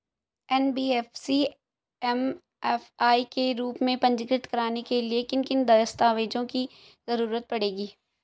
NBFC MFI के रूप में पंजीकृत कराने के लिए किन किन दस्तावेजों की जरूरत पड़ेगी?